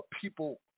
people